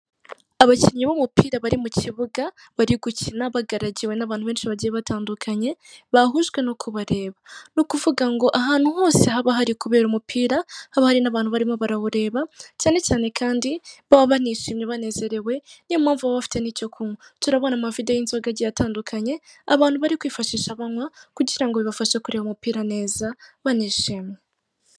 Abakinnyi b'umupira bari mu kibuga, bari gukina bagaragiwe n'abantu benshi bagiye batandukanye, bahujwe no kubareba, ni ukuga ngo ahantu hose haba hari kubera umupira haba hari n'abantu barimo barawureba, cyane cyane kandi baba banishimye banezerewe, niyo mpamvu baba bafite n'icyo kunywa, turabona amavide y'inzoga agiye atandukanye abantu bari kwifashisha banywa, kugira ngo bibafashe kureba umupira neza banishimye.